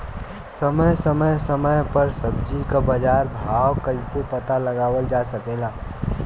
समय समय समय पर सब्जी क बाजार भाव कइसे पता लगावल जा सकेला?